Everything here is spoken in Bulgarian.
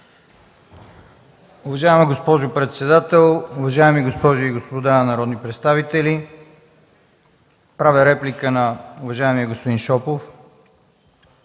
Уважаема госпожо председател, уважаеми госпожи и господа народни представители! Правя реплика на уважаемия господин Шопов